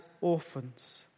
orphans